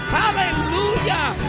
hallelujah